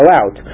out